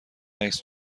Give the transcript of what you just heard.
عکس